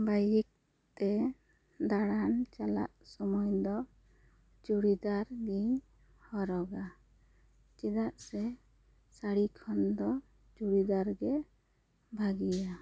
bike ᱛᱮ ᱫᱟᱬᱟᱱ ᱪᱟᱞᱟᱜ ᱥᱚᱢᱚᱭ ᱫᱚ ᱪᱩᱲᱤᱫᱟᱨ ᱜᱤᱧ ᱦᱚᱨᱚᱜᱟ ᱪᱮᱫᱟᱜ ᱥᱮ ᱥᱟᱹᱲᱤ ᱠᱷᱚᱱ ᱫᱚ ᱪᱩᱲᱤᱫᱟᱨ ᱜᱮ ᱵᱷᱟᱹᱜᱤᱭᱟ